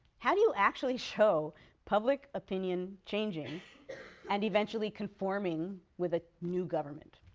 how do you actually show public opinion changing and eventually conforming with a new government?